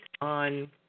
on